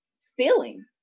stealing